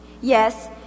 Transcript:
Yes